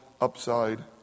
upside